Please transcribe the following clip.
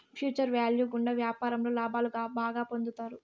future value గుండా వ్యాపారంలో లాభాలు బాగా పొందుతారు